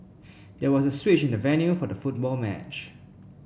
there was a switch in the venue for the football match